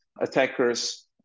attackers